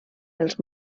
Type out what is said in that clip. els